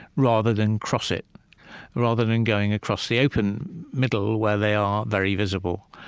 rather than cross it rather than going across the open middle, where they are very visible.